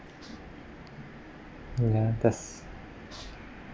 ya that's